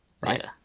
right